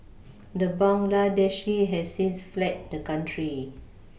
the Bangladeshi has since fled the country